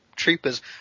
Troopers